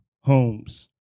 homes